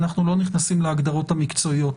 אנחנו לא נכנסים להגדרות המקצועיות,